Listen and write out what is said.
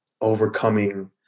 overcoming